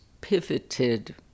pivoted